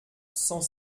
cent